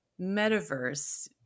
Metaverse